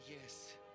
yes